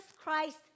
Christ